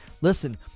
listen